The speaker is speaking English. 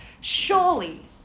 Surely